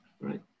right